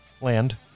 land